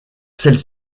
celles